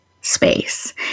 space